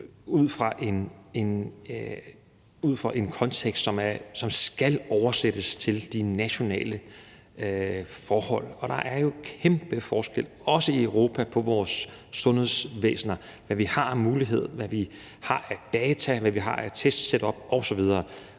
ud fra en kontekst, som skal oversættes til de nationale forhold. Og der er jo kæmpe forskel, også i Europa, på vores sundhedsvæsener, i forhold til hvad vi har af muligheder, hvad vi har af data, hvad vi har af testsetup osv.